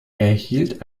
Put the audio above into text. erhielt